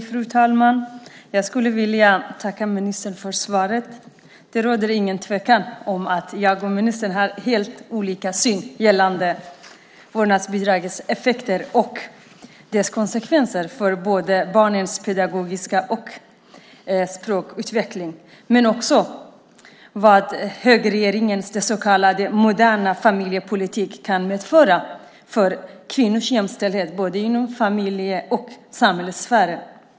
Fru talman! Jag tackar ministern för svaret. Det råder ingen tvekan om att jag och ministern har helt olika syn på vårdnadsbidragets effekter och dess konsekvenser för både barnens pedagogiska utveckling och deras språkutveckling. Men vi har också helt olika syn på vad högerregeringens så kallade moderna familjepolitik kan medföra för kvinnors jämställdhet både inom familje och samhällssfären.